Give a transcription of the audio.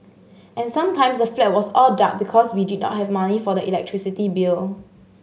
and sometimes the flat was all dark because we did not have money for the electricity bill